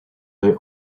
they